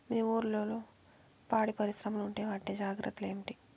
మీ ఊర్లలో పాడి పరిశ్రమలు ఉంటే వాటి జాగ్రత్తలు ఏమిటి